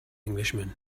englishman